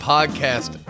Podcast